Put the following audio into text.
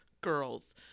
girls